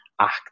act